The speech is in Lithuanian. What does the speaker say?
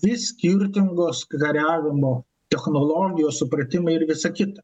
dvi skirtingos kariavimo technologijos supratimai ir visa kita